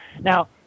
now